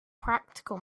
practical